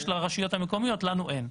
יש לרשויות המקומיות, לנו אין.